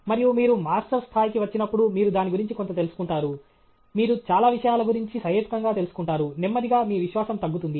మరియు మీరు మాస్టర్స్ స్థాయికి వచ్చినప్పుడు మీరు దాని గురించి కొంత తెలుసుకుంటారు మీరు చాలా విషయాల గురించి సహేతుకంగా తెలుసుకుంటారు నెమ్మదిగా మీ విశ్వాసం తగ్గుతుంది